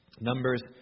Numbers